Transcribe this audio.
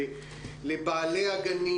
לבעלי הגנים